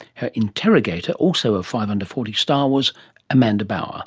her integrator, also a five under forty star, was amanda bauer